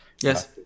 Yes